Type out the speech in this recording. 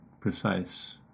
precise